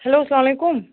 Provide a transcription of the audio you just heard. hello السلام علیکُم